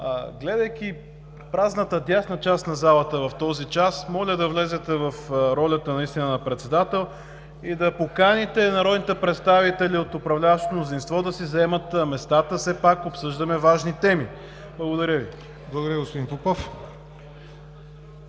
гледайки празната дясна част на залата в този час, моля да влезете в ролята наистина на председател и да поканите народните представители от управляващото мнозинство да си заемат местата, все пак обсъждаме важни теми. Благодаря Ви. ПРЕДСЕДАТЕЛ ЯВОР